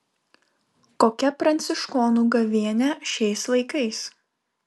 kokia pranciškonų gavėnia šiais laikais